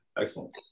Excellent